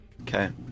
Okay